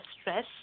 stress